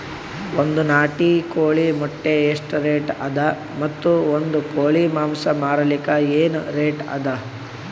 ಒಂದ್ ನಾಟಿ ಕೋಳಿ ಮೊಟ್ಟೆ ಎಷ್ಟ ರೇಟ್ ಅದ ಮತ್ತು ಒಂದ್ ಕೋಳಿ ಮಾಂಸ ಮಾರಲಿಕ ಏನ ರೇಟ್ ಅದ?